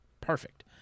perfect